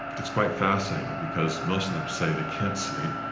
it's quite fascinating because most of them say they can't sleep,